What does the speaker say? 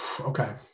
okay